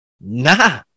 Nah